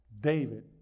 David